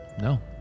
No